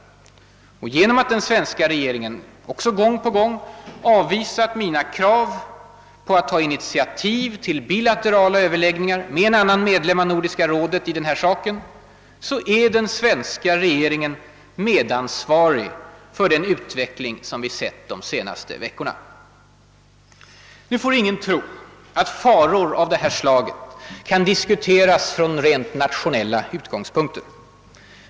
Och genom att den svenska regeringen också gång på gång har avvisat mina krav på att den skall ta initiativ till bilaterala överläggningar med en annan medlem av Nordiska rådet i den här saken är den svenska regeringen medansvarig för den utveckling som vi har sett de senaste veckorna. Ingen får tro att faror av detta slag kan diskuteras från rent nationella utgångspunkter.